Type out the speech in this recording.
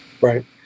Right